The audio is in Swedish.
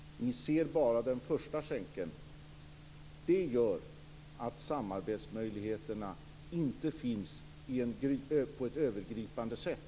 Ni ser bara den första skänkeln. Det gör att samarbetsmöjligheterna inte finns på ett övergripande sätt.